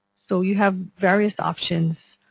so you have various options